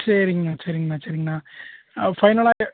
சரிங்ண்ணா சரிங்ண்ணா சரிங்ண்ணா ஃபைனலாக